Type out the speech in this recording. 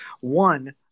One